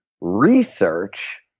research